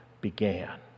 began